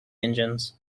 engines